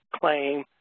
claim